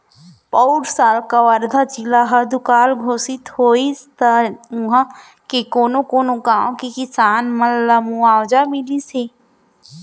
पउर साल कवर्धा जिला ह दुकाल घोसित होइस त उहॉं के कोनो कोनो गॉंव के किसान मन ल मुवावजा मिलिस हे